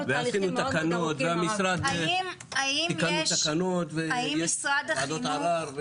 תקנות והמשרד תיקנו תקנות וועדות ערר.